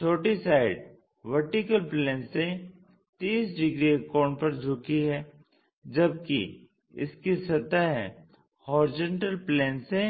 छोटी side VP से 30 degree के कोण पर झुकी है जबकि इसकी सतह HP से